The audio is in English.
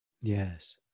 Yes